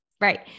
right